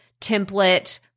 template